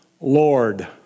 Lord